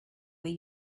were